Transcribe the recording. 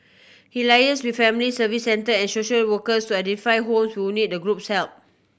he liaises with Family Service Centre and social workers to identify homes need the group help